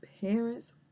parents